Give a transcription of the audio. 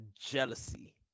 jealousy